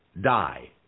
die